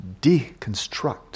deconstruct